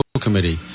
committee